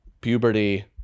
puberty